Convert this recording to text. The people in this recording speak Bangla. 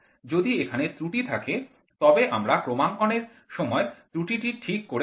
যদি এখানে ত্রুটি থাকে তবে আমরা ক্রমাঙ্কনের সময় ত্রুটিটি ঠিক করে নেব